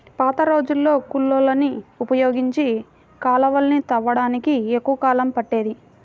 పాతరోజుల్లో కూలోళ్ళని ఉపయోగించి కాలవలని తవ్వడానికి ఎక్కువ కాలం పట్టేది